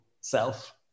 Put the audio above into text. self